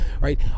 right